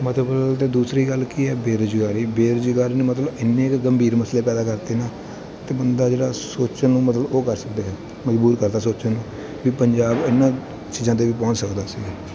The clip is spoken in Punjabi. ਮਤਲਬ ਅਤੇ ਦੂਸਰੀ ਗੱਲ ਕੀ ਹੈ ਬੇਰੁਜ਼ਗਾਰੀ ਬੇਰੁਜ਼ਗਾਰੀ ਨੂੰ ਮਤਲਬ ਇੰਨੇ ਕੁ ਗੰਭੀਰ ਮਸਲੇ ਪੈਦਾ ਕਰਤੇ ਨਾ ਅਤੇ ਬੰਦਾ ਜਿਹੜਾ ਸੋਚਣ ਨੂੰ ਮਤਲਬ ਉਹ ਕਰ ਸਕਦੇ ਹੈ ਮਜ਼ਬੂਰ ਕਰਤਾ ਸੋਚਣ ਨੂੰ ਵੀ ਪੰਜਾਬ ਇਹਨਾਂ ਚੀਜ਼ਾਂ 'ਤੇ ਵੀ ਪਹੁੰਚ ਸਕਦਾ ਸੀ